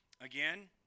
again